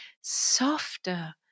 softer